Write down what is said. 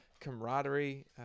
Camaraderie